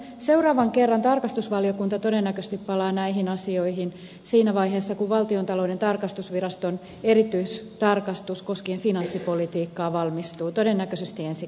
seuraavan kerran tarkastusvaliokunta todennäköisesti palaa näihin asioihin siinä vaiheessa kun valtiontalouden tarkastusviraston erityistarkastus koskien finanssipolitiikkaa valmistuu todennäköisesti ensi keväänä